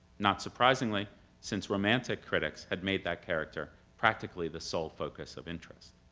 not surprisingly since romantic critics had made that character practically the sole focus of interest.